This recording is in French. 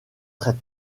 traite